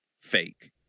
fake